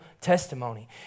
testimony